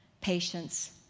patience